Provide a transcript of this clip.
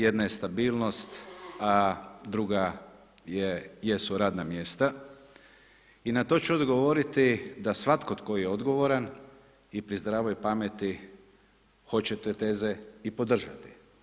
Jedna je stabilnost, a druga jesu radna mjesta i na to ću odgovoriti da svatko tko je pri zdravoj pameti hoće te teze i podržati.